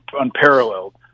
unparalleled